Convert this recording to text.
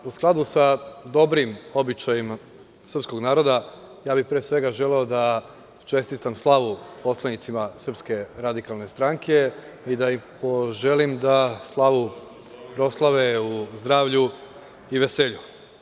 U skladu sa dobrim običajima srpskog naroda, ja bih, pre svega, želeo da čestitam slavu poslanicima SRS i da im poželim da slavu proslave u zdravlju i veselju.